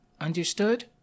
Understood